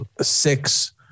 six